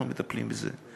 אנחנו מטפלים בזה.